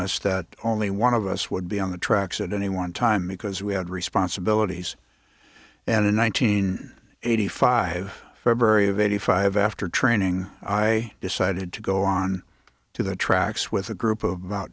us that only one of us would be on the tracks at any one time because we had responsibilities and in one thousand nine hundred eighty five february of eighty five after training i decided to go on to the tracks with a group of about